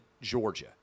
Georgia